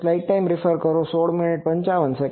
આ half HIRA છે